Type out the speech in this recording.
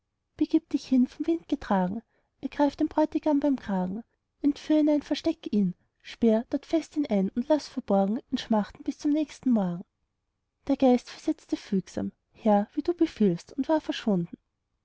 begib dich hin vom wind getragen ergreif den bräutigam beim kragen entführ in ein versteck ihn sperr dort fest ihn ein und laß verborgen ihn schmachten bis zum nächsten morgen der geist versetzte fügsam herr wie du befiehlst und war verschwunden